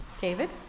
David